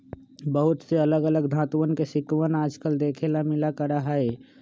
बहुत से अलग अलग धातुंअन के सिक्कवन आजकल देखे ला मिला करा हई